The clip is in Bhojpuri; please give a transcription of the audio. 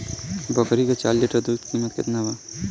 बकरी के चार लीटर दुध के किमत केतना बा?